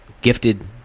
gifted